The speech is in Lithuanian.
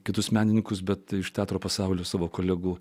kitus menininkus bet iš teatro pasaulio savo kolegų